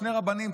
שני רבנים,